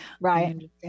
Right